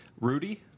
Rudy